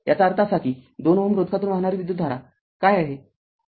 याचा अर्थ असा आहे की २ Ω रोधकातून वाहणारी विद्युतधारा काय आहे